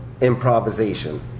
improvisation